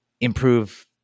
improve